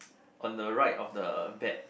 on the right of the bed